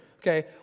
Okay